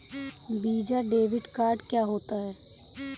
Visa debit card क्या होता है?